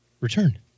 Return